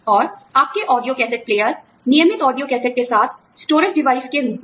और आपके audio cassette player नियमित ऑडिओ कैसेट के साथ स्टोरेज डिवाइस के रूप में